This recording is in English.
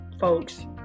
folks